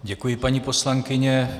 Děkuji, paní poslankyně.